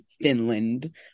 Finland